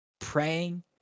praying